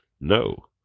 No